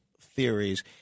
theories